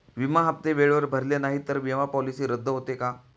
विमा हप्ते वेळेवर भरले नाहीत, तर विमा पॉलिसी रद्द होते का?